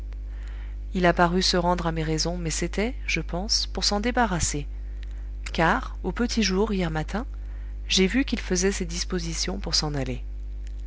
il a paru se rendre à mes raisons mais c'était je pense pour s'en débarrasser car au petit jour hier matin j'ai vu qu'il faisait ses dispositions pour s'en aller